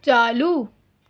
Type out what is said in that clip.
چالو